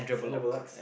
Sandra Bullock